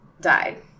died